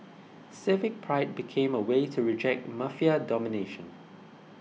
civic pride became a way to reject Mafia domination